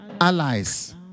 allies